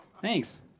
Thanks